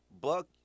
Buck